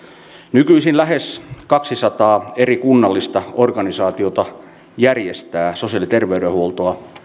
nykyisin lähes kaksisataa eri kunnallista organisaatiota järjestää sosiaali ja terveydenhuoltoa